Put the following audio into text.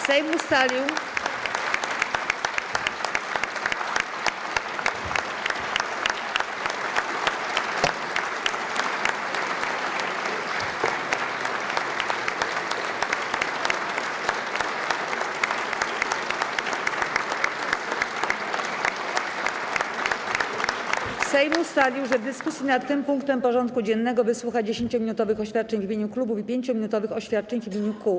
Sejm ustalił, że w dyskusji nad tym punktem porządku dziennego wysłucha 10-minutowych oświadczeń w imieniu klubów i 5-minutowych oświadczeń w imieniu kół.